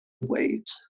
wait